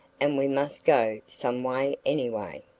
and we must go someway anyway.